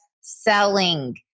selling